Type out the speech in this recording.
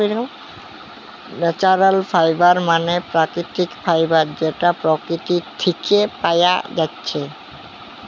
natural fibre মানে প্রাকৃতিক fibre যেটা প্রকৃতি থিকে পায়া যাচ্ছে